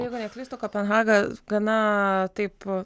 jeigu neklystu kopenhaga gana taip